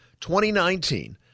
2019